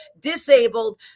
disabled